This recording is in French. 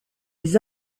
les